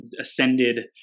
ascended